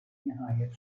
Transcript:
nihayet